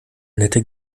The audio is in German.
nette